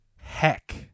heck